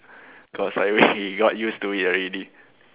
cause I mean we got used to it already